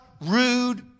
rude